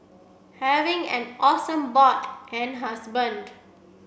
having an awesome bod and husband